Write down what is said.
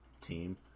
team